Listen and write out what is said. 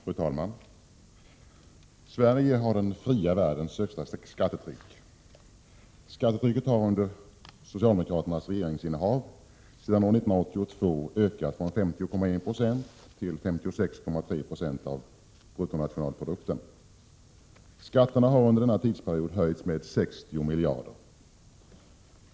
Fru talman! Sverige har den fria världens högsta skattetryck. Skattetrycket har under socialdemokraternas regeringsinnehav sedan år 1982 ökat från 50,1 9? till 56,3 20 av BNP. Skatterna har under denna tidsperiod höjts med 60 miljarder.